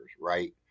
right